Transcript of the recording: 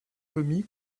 commis